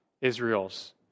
Israel's